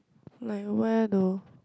like where though